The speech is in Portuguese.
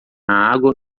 água